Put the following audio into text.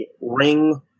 ring